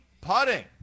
putting